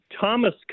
Thomas